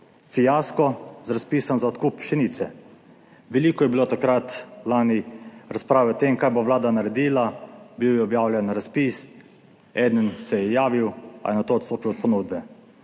Fiasko z razpisom za odkup pšenice. Veliko je bilo takrat lani razprave o tem, kaj bo vlada naredila, bil je objavljen razpis, eden se je javil, a je nato odstopil od ponudbe.